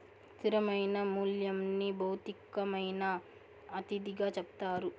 స్థిరమైన మూల్యంని భౌతికమైన అతిథిగా చెప్తారు